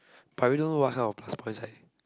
I really don't know what kind of plus point I